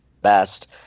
best